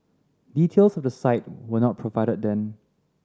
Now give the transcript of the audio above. details of the site were not provided then